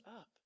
up